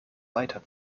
weiter